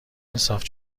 انصاف